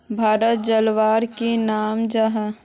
भारतेर जलवायुर की नाम जाहा?